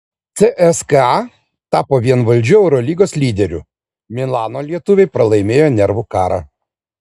cska tapo vienvaldžiu eurolygos lyderiu milano lietuviai pralaimėjo nervų karą